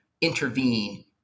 intervene